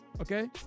okay